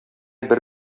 бер